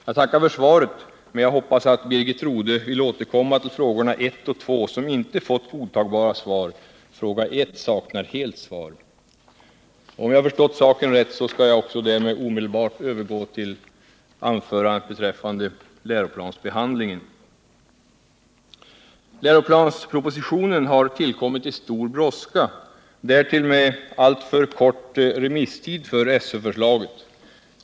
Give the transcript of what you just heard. Jag tackar för svaret, men jag hoppas att Birgit Rodhe vill återkomma till frågorna 1 och 2, som inte har fått godtagbara svar. Fråga 1 saknar helt svar. Jag skall därmed övergå till läroplansbehandlingen. Läroplanspropositionen har tillkommit i stor brådska, därtill med alltför kort remisstid för SÖ-förslaget.